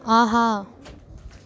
ஆஹா